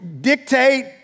dictate